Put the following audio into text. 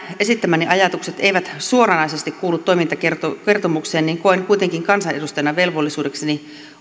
esittämäni ajatukset eivät suoranaisesti kuulu toimintakertomukseen koen kuitenkin kansanedustajana velvollisuudekseni